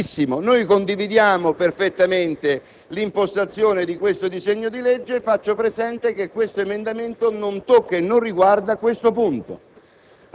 Benissimo. Noi condividiamo perfettamente l'impostazione di questo disegno di legge e faccio presente che l'emendamento in esame non tocca e non riguarda questo punto.